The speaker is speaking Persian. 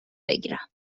بگیرم